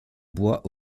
bois